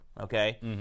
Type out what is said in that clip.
okay